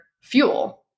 fuel